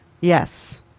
yes